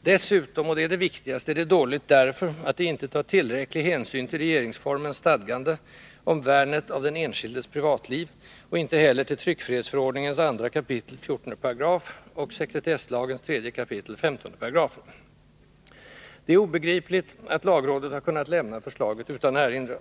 Dessutom — och det är det viktigaste — är det dåligt därför att det inte tar tillräcklig hänsyn till regeringsformens stadgande om värnet av den enskildes privatliv och inte heller till tryckfrihetsförordningens 2 kap. 148 och sekretesslagens 3 kap. 15 §. Det är obegripligt att lagrådet har kunnat lämna förslaget utan erinran.